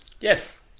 Yes